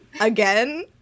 again